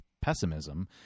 pessimism